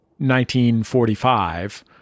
1945